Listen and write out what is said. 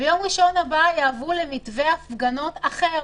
וביום ראשון הבא יעברו למתווה הפגנות אחר.